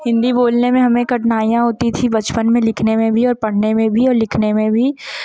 हिंदी बोलने में हमें कठिनाइयाँ होती थी बचपन में लिखने में भी और पढ़ने में भी और लिखने में भी